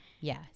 Yes